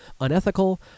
unethical